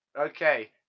Okay